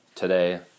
Today